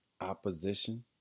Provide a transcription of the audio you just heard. opposition